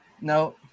No